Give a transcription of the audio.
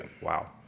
Wow